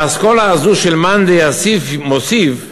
באסכולה הזו של מאן דיוסיף מוסיף,